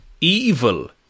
evil